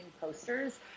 posters